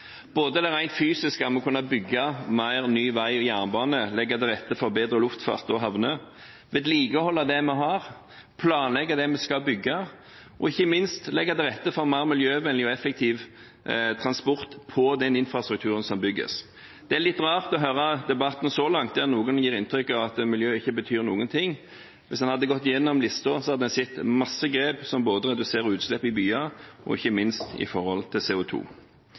både det rent fysiske med å kunne bygge mer ny vei og jernbane, legge til rette for bedre luftfart og havner, vedlikeholde det vi har, planlegge det vi skal bygge, og ikke minst legge til rette for mer miljøvennlig og effektiv transport på infrastrukturen som bygges. Det er litt rart å høre debatten så langt, der noen gir inntrykk av at miljø ikke betyr noen ting. Hvis en hadde gått gjennom listen, hadde man sett masse grep som reduserer utslipp i byer, ikke minst av CO2. Denne satsingen skjer over hele landet. Statens vegvesen har et rekordbudsjett. Det som er interessant, er at i